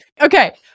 okay